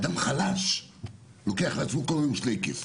אדם חלש לוקח לעצמו כל יום שלייקעס